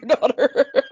daughter